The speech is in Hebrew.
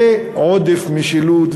זה עודף משילות,